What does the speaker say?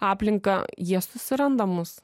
aplinką jie susiranda mus